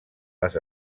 les